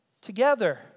together